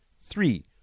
three